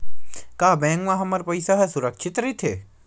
का बैंक म हमर पईसा ह सुरक्षित राइथे?